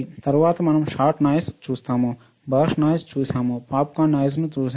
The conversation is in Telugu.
తరువాత మనం షాట్ నాయిస్ చూశాము భరష్ట్ నాయిస్ చూశాము పాప్కార్న్ నాయిస్ ను చూశాము